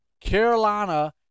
Carolina